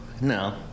No